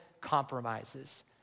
compromises